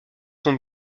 son